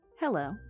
Hello